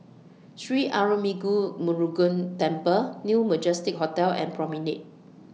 Sri Arulmigu Murugan Temple New Majestic Hotel and Promenade